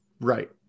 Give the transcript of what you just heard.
Right